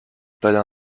palais